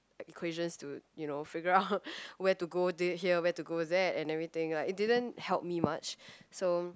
equations to you know figure out where to go here where to go there and everything like it didn't help me much so